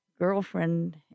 girlfriend